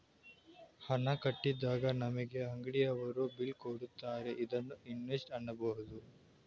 ಹಣ ಕಟ್ಟಿದಾಗ ನಮಗೆ ಅಂಗಡಿಯವರು ಬಿಲ್ ಕೊಡುತ್ತಾರೆ ಇದನ್ನು ಇನ್ವಾಯ್ಸ್ ಅನ್ನಬೋದು